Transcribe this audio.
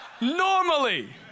normally